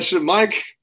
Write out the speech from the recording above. Mike